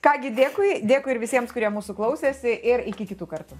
ką gi dėkui dėkui ir visiems kurie mūsų klausėsi ir iki kitų kartų